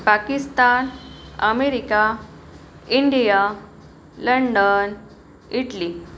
Pakistan America India London Italy